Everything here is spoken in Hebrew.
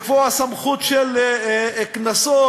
לקבוע סמכות של קנסות,